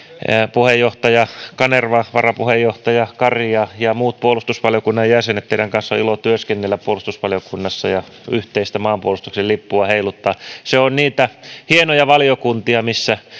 puheenjohtaja kanerva varapuheenjohtaja kari ja ja muut puolustusvaliokunnan jäsenet teidän kanssanne on ilo työskennellä puolustusvaliokunnassa ja yhteistä maanpuolustuksen lippua heiluttaa se on niitä hienoja valiokuntia missä